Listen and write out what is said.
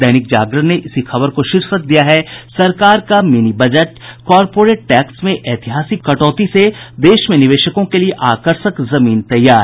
दैनिक जागरण ने इसी खबर को शीर्षक दिया है सरकार का मिनी बजट कॉर्पोरेट टैक्स में ऐतिहासिक कटौती से देश में निवेशकों के लिये आकर्षक जमीन तैयार